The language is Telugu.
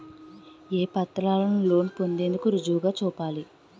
ఏ పత్రాలను లోన్ పొందేందుకు రుజువుగా చూపాలి?